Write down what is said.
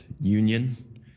union